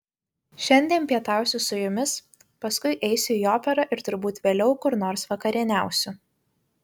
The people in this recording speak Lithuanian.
šiandien pietausiu su jumis paskui eisiu į operą ir turbūt vėliau kur nors vakarieniausiu